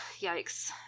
Yikes